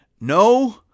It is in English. No